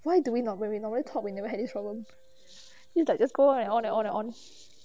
why do we not when we normally talk we never had this problems then like just go on and on and on